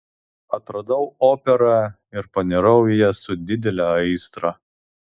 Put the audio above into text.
atradau operą ir panirau į ją su didele aistra